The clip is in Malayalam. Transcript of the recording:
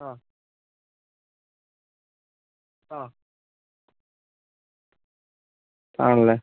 ആ ആ ആണല്ലേ